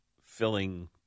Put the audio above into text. filling